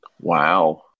Wow